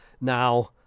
Now